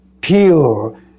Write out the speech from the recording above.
pure